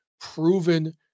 proven